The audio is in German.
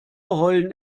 heulen